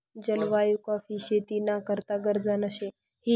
जलवायु काॅफी शेती ना करता गरजना शे